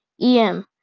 EM